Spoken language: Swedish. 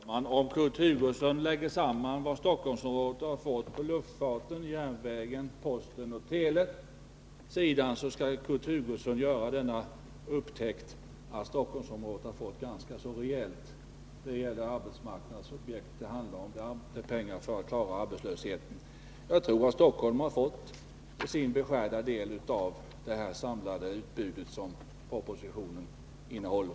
Fru talman! Om Kurt Hugosson lägger samman vad Stockholmsområdet har fått till arbeten inom luftfarten, järnvägen och posten och på telesidan, skall Kurt Hugosson göra upptäckten att Stockholmsområdet har fått en ganska rejäl tilldelning av pengar till arbetsmarknadsobjekt för att klara arbetslösheten. Stockholm har fått sin beskärda del av det samlade utbud som propositionen innehåller.